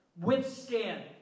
withstand